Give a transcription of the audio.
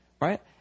Right